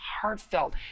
heartfelt